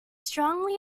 strongly